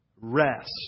Rest